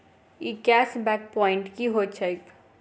ई cash back point की होइत छैक?